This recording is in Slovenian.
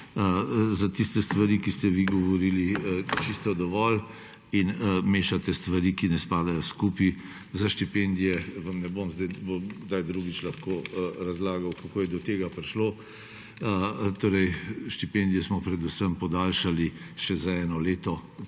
za tiste stvari, o katerih ste vi govorili, čisto dovolj in mešate stvari, ki ne spadajo skupaj. Za štipendije vam ne bom zdaj, bom kdaj drugič lahko razlagal, kako je do tega prišlo. Torej, štipendije smo predvsem podaljšali še za eno leto